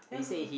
yeah